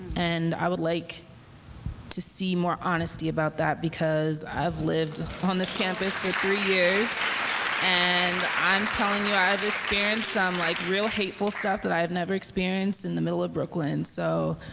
and i would like to see more honesty about that because i've lived on this campus for three years and i'm telling you, i've experienced some like real hateful stuff that i have never experienced in the middle of brooklyn. so